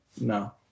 no